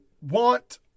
want